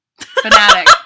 Fanatic